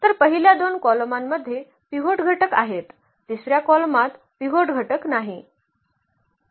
तर पहिल्या दोन कॉलमांमध्ये पिव्होट घटक आहेत तिसर्या कॉलमात पिव्होट घटक नाही